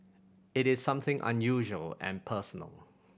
it is something unusual and personal